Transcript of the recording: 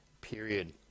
period